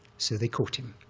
so they caught him.